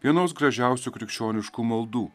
vienos gražiausių krikščioniškų maldų